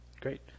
Great